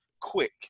quick